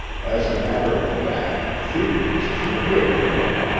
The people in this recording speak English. as a matter of fact, shooting was too good for you.